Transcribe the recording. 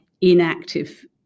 inactive